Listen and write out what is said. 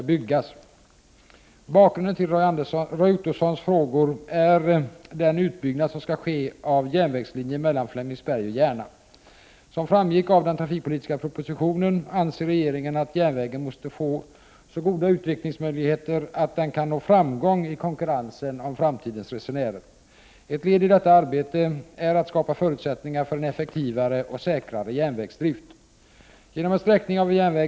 Bakgrunden till Roy Ottossons frågor är den utbyggnad som skall ske av järnvägslinjen mellan Flemingsberg och Järna. Som framgick av den trafikpolitiska propositionen anser regeringen att järnvägen måste få så goda utvecklingsmöjligheter att den kan nå framgång i konkurrensen om framtidens resenärer. Ett led i detta arbete är att skapa förutsättningar för en effektivare och säkrare järnvägsdrift.